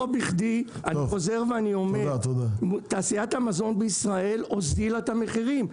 לא בכדי אני חוזר ואומר שתעשיית המזון בישראל הוזילה את המחירים.